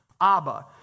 abba